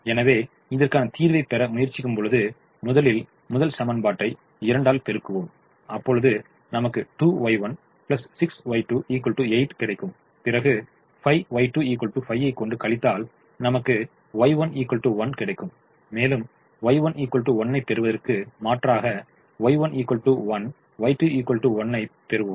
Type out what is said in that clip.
எனவே இதற்கான தீர்வை பெற முயற்சிக்கும் பொழுது முதலில் முதல் சமன்பாட்டை 2 ஆல் பெருக்குவோம் அப்பொழுது நமக்கு 2Y1 6Y2 8 கிடைக்கும் பிறகு 5Y2 5 ஐக் கொண்டு கழித்தால் நமக்கு Y2 1 கிடைக்கும் மேலும் Y1 1 ஐப் பெறுவதற்கு மாற்றாகப் Y1 1 Y2 1 ஐப் பெறுவோம்